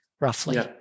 roughly